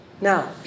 Now